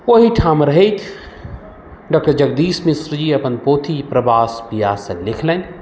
ओहिठाम रहैत डॉक्टर जगदीश मिश्रजी अपन पोथी प्रवास पियासल लिखलनि